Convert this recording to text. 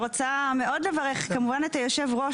הדיור הציבורי,